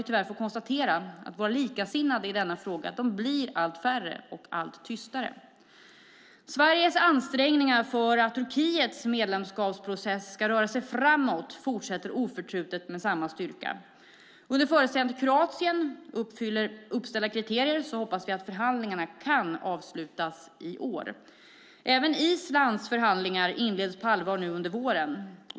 Tyvärr kan vi konstatera att våra likasinnade i denna fråga blir allt färre och allt tystare. Sveriges ansträngningar för att Turkiets medlemskapsprocess ska röra sig framåt fortsätter oförtrutet med samma styrka. Under förutsättning att Kroatien uppfyller uppställda kriterier hoppas vi att förhandlingarna kan avslutas i år. Även Islands förhandlingar inleds på allvar under våren.